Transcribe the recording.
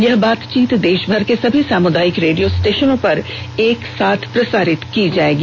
यह बातचीत देशभर के सभी सामुदायिक रेडियो स्टेशनों पर एकसाथ प्रसारित की जाएगी